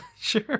Sure